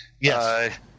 Yes